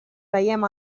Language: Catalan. veiem